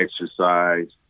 exercise